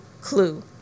clue